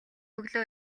өглөө